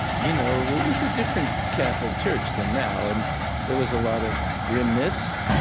you know it was a different catholic church than now. and there was a lot of grimness.